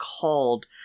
called